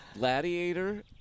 Gladiator